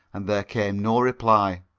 and there came no reply.